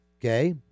Okay